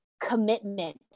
commitment